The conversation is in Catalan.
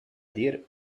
dir